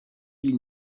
ils